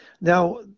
Now